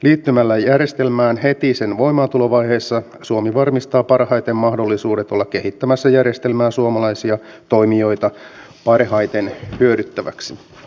liittymällä järjestelmään heti sen voimaantulovaiheessa suomi varmistaa parhaiten mahdollisuudet olla kehittämässä järjestelmää suomalaisia toimijoita parhaiten hyödyttäväksi